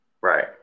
Right